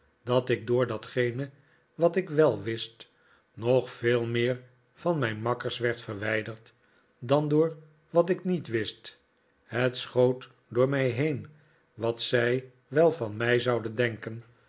dat ik door datgene wat ik wel wist nog veel meer van mijn makkers werd verwijderd dan door dat wat ik niet wist het schoot door mij heen wat zij wel van mij zouden denken